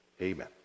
Amen